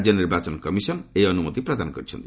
ରାଜ୍ୟ ନିର୍ବାଚନ କମିଶନ୍ ଏହି ଅନୁମତି ପ୍ରଦାନ କରିଛନ୍ତି